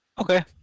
Okay